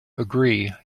agree